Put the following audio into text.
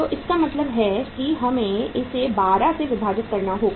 तो इसका मतलब है कि हमें इसे 12 से विभाजित करना होगा